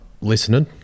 listening